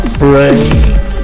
break